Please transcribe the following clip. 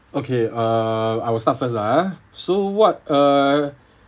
okay uh I will start first lah eh so what uh